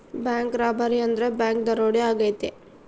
bank robbery ಅಂದ್ರೆ bank ದರೋಡೆ ಆಗೈತೆ